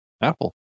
Apple